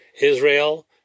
Israel